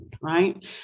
right